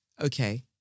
Okay